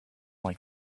like